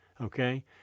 Okay